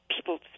People